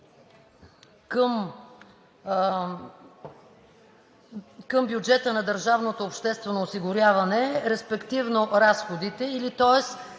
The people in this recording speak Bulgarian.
към бюджета на държавното обществено осигуряване, респективно разходите. Тоест